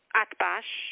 atbash